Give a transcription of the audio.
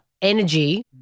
energy